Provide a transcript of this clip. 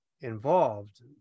involved